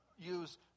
use